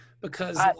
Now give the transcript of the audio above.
Because-